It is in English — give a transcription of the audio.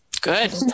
good